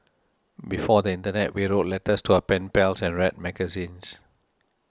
before the internet we wrote letters to our pen pals and read magazines